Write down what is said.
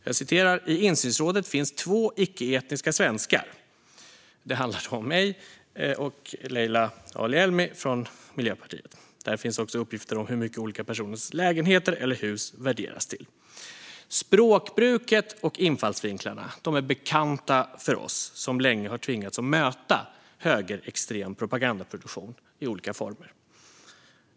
Man skriver att det i insynsrådet finns två icke-etniska svenskar, och det handlar alltså om mig och om Leila Ali-Elmi från Miljöpartiet. Där finns också uppgifter om hur mycket olika personers lägenheter eller hus värderas till. Språkbruket och infallsvinklarna är bekanta för oss som länge har tvingats möta högerextrem propagandaproduktion i olika former.